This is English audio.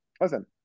listen